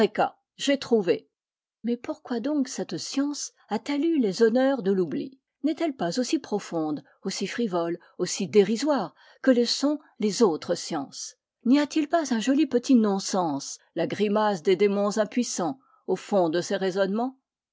mais pourquoi donc cette science a-t-elle eu les honneurs de l'oubli n'est-elle pas aussi profonde aussi frivole aussi dérisoire que le sont les autres sciences n'y a-t-il pas un joli petit non-sens la grimace des démons impuissants au fond de ces raisonnements